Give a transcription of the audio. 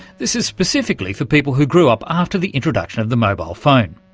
this is specifically for people who grew up after the introduction of the mobile phone.